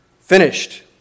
finished